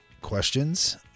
questions